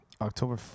October